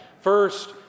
First